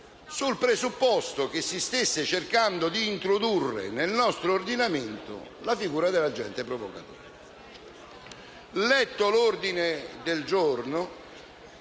sul presupposto che si stesse cercando di introdurre nel nostro ordinamento la figura dell'agente provocatore. Letto l'ordine del giorno,